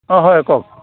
অ হয় কওক